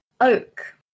oak